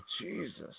Jesus